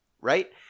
right